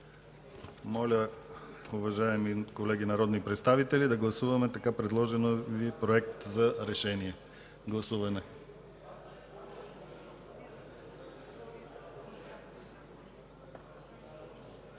Моля, уважаеми колеги народни представители, да гласуваме така предложения Ви Проект на решение. Гласували